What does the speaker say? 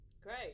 great